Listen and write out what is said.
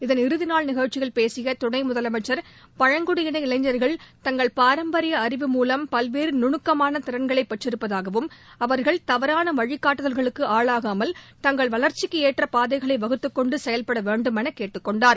இதன் இறுதி நாள் நிகழ்ச்சியில் பேசிய துணை முதலமைச்சர் பழங்குடியின இளைஞர்கள் தங்கள் பாரம்பரிய அறிவு மூலம் பல்வேறு நுணுக்கமான திறன்களை பெற்றிருப்பதாகவும் அவர்கள் தவறான வழிகாட்டுதல்களுக்கு ஆளாகாமல் தங்கள் வளர்ச்சிக்கு ஏற்ற பாதைகளை வகுத்துக்கொண்டு செயல்பட வேண்டும் என கேட்டுக்கொண்டார்